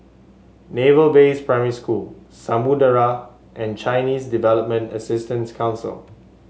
Naval Base Primary School Samudera and Chinese Development Assistant Council